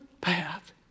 path